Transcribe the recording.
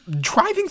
driving